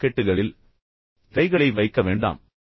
பாக்கெட்டுகளில் கைகளை வைக்க வேண்டாம்